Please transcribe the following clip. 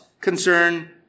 concern